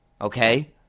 Okay